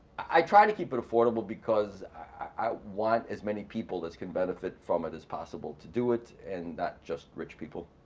i try to keep it affordable because i want as many people that can benefit from it as possible to do it and not just rich people.